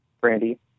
Brandy